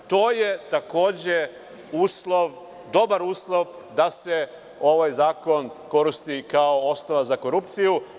To je takođe dobar uslov da se ovaj zakon koristi kao osnova za korupciju.